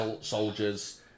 soldiers